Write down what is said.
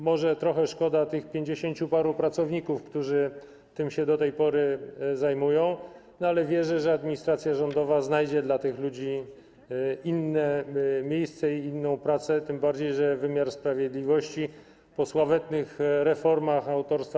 Może trochę szkoda tych pięćdziesięciu paru pracowników, którzy tym się do tej pory zajmują, ale wierzę, że administracja rządowa znajdzie dla tych ludzi inne miejsce i inną pracę, tym bardziej że wymiar sprawiedliwości po sławetnych reformach autorstwa